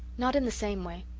not in the same way.